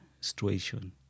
situation